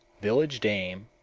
village dame,